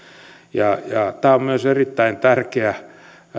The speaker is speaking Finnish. tämä on myös erittäin tärkeä